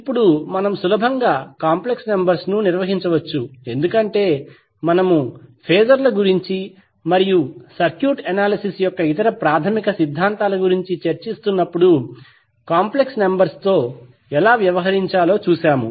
ఇప్పుడు మనం సులభంగా కాంప్లెక్స్ నంబర్స్ ను నిర్వహించవచ్చు ఎందుకంటే మనము ఫేజర్ల గురించి మరియు సర్క్యూట్ అనాలిసిస్ యొక్క ఇతర ప్రాథమిక సిద్ధాంతాల గురించి చర్చిస్తున్నప్పుడు కాంప్లెక్స్ నంబర్స్ తో ఎలా వ్యవహరించాలో చూశాము